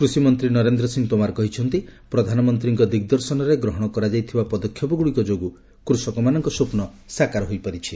କୃଷିମନ୍ତ୍ରୀ ନରେନ୍ଦ୍ର ସିଂହ ତୋମାର କହିଛନ୍ତି ପ୍ରଧାନମନ୍ତ୍ରୀଙ୍କ ଦିଗ୍ଦର୍ଶନରେ ଗ୍ରହଣ କରାଯାଇଥିବା ପଦକ୍ଷେପଗୁଡ଼ିକ ଯୋଗୁଁ କୃଷକମାନଙ୍କ ସ୍ୱପ୍ନ ସାକାର ହୋଇପାରିଛି